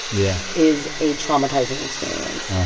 yeah. is a traumatizing experience.